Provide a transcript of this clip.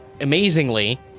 amazingly